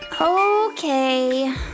Okay